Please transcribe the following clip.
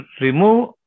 remove